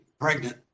pregnant